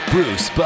Bruce